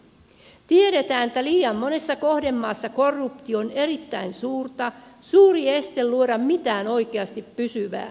tiedetään että liian monessa kohdemaassa korruptio on erittäin suurta suuri este luoda mitään oikeasti pysyvää